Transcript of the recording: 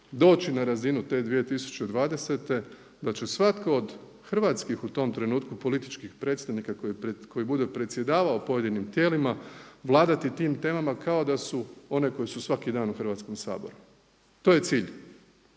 doći na razinu te 2020. da će svatko od hrvatskih u tom trenutku političkih predstavnika koji bude predsjedavao pojedinim tijelima vladati tim temama kao da su one koje su svaki dan u Hrvatskom saboru. To je cilj.